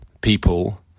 people